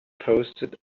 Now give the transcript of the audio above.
posted